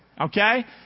Okay